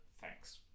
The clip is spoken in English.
thanks